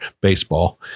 Baseball